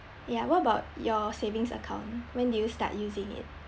yeah what about your savings account when did you start using it